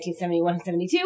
1971-72